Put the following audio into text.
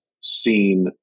seen